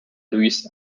louis